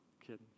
Kidding